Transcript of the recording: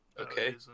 okay